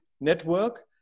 Network